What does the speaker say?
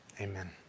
Amen